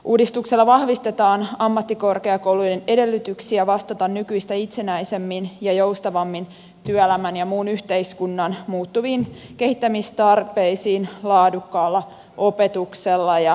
uudistuksella vahvistetaan ammattikorkeakoulujen edellytyksiä vastata nykyistä itsenäisemmin ja joustavammin työelämän ja muun yhteiskunnan muuttuviin kehittämistarpeisiin laadukkaalla opetuksella ja kehitystyöllä